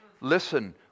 Listen